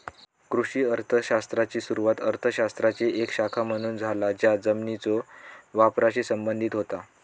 कृषी अर्थ शास्त्राची सुरुवात अर्थ शास्त्राची एक शाखा म्हणून झाला ज्या जमिनीच्यो वापराशी संबंधित होता